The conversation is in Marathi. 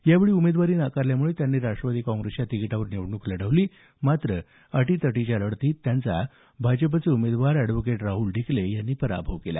यावेळी उमेदवारी नाकारल्यामुळे त्यांनी राष्ट्रवादी काँग्रेसच्या तिकिटावर निवडणूक लढवली होती मात्र अटीतटीच्या लढतीत त्यांचा भाजपचे उमेदवार अॅडव्होकेट राह्ल ढिकले यांनी पराभव केला